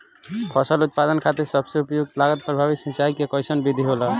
फसल उत्पादन खातिर सबसे उपयुक्त लागत प्रभावी सिंचाई के कइसन विधि होला?